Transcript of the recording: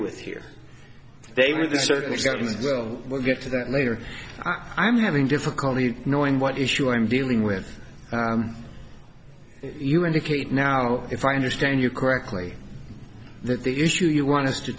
with here they were the certain exams well we'll get to that later i'm having difficulty knowing what issue i'm dealing with you indicate now if i understand you correctly that the issue you want us to